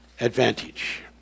advantage